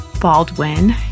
Baldwin